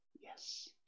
Yes